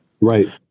Right